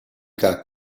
cas